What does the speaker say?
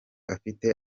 afite